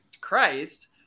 Christ